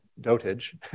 dotage